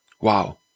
Wow